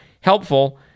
helpful